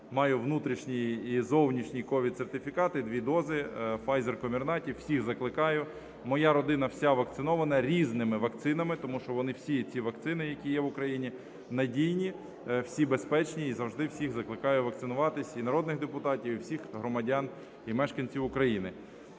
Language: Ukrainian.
Маю внутрішній і зовнішній ковід-сертифікати - дві дози Pfizer Comirnaty. Всіх закликаю. Моя родина вся вакцинована різними вакцинами, тому що вони всі, ці вакцини, які є в Україні, надійні, всі безпечні. І завжди всіх закликаю вакцинуватися: і народних депутатів, і всіх громадян, і мешканців України.